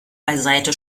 beiseite